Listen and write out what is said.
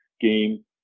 game